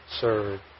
serve